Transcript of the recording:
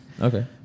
Okay